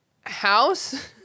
house